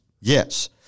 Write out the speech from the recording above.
Yes